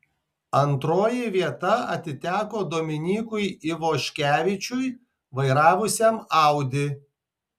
antroji vieta atiteko dominykui ivoškevičiui vairavusiam audi